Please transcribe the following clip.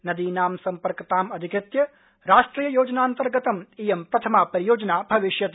नदीनां सम्पर्कतामधिकृत्य राष्ट्रिययोजनान्तर्गतं इयं प्रथमा परियोजना भविष्यति